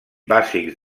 bàsics